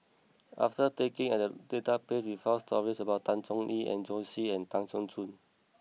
after taking at the database we found stories about Tan Chong Tee Joanne Soo and Tan Keong Choon